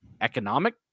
economic